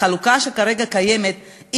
החלוקה שכרגע קיימת,